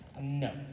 No